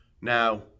Now